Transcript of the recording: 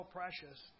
precious